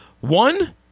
One